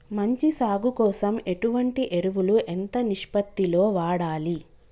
మంచి సాగు కోసం ఎటువంటి ఎరువులు ఎంత నిష్పత్తి లో వాడాలి?